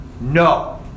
no